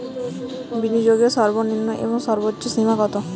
বিনিয়োগের সর্বনিম্ন এবং সর্বোচ্চ সীমা কত?